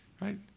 right